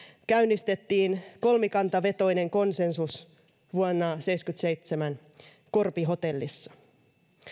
käynnistettiin kolmikantavetoinen konsensus vuonna seitsemänkymmentäseitsemän korpihotellissa